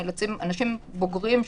אנשים בוגרים,